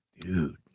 Dude